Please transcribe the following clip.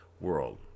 world